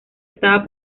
estaba